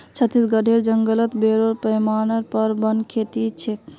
छत्तीसगढेर जंगलत बोरो पैमानार पर वन खेती ह छेक